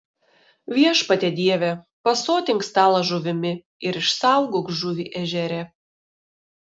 viešpatie dieve pasotink stalą žuvimi ir išsaugok žuvį ežere